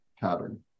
pattern